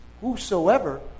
Whosoever